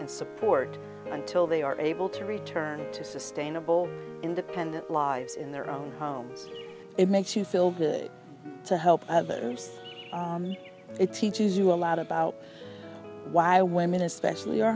and support until they are able to return to sustainable independent lives in their own homes it makes you feel good to help others it teaches you a lot about why women especially are